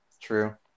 true